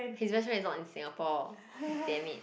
his best friend is not in Singapore damn it